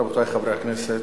רבותי חברי הכנסת,